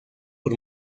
por